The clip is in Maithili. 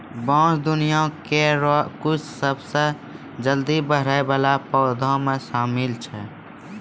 बांस दुनिया केरो कुछ सबसें जल्दी बढ़ै वाला पौधा म शामिल छै